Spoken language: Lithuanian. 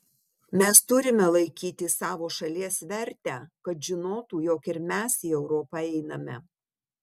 mes turime laikyti savo šalies vertę kad žinotų jog ir mes į europą einame